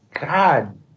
God